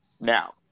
now